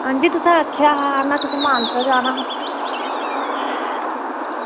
अंजी तुसें आक्खेआ में मानसर जाना